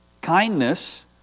kindness